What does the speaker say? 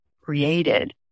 created